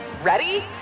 Ready